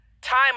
time